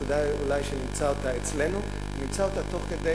וכדאי אולי שנמצא אותה אצלנו ונמצא אותה תוך כדי